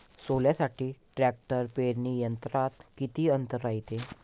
सोल्यासाठी ट्रॅक्टर पेरणी यंत्रात किती अंतर रायते?